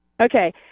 Okay